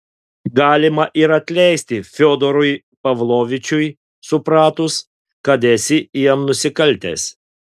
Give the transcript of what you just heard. galima ir atleisti fiodorui pavlovičiui supratus kad esi jam nusikaltęs